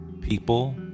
people